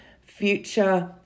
future